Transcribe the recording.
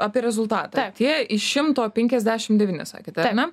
apie rezultatą tie iš šimto penkiasdešim devyni sakėte ane